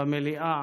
במליאה